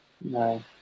No